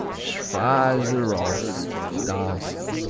schweizerost dansk,